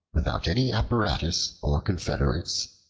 without any apparatus or confederates,